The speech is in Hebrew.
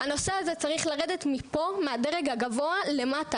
הנושא הזה צריך לרדת מהדרג הגבוה למטה,